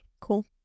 Cool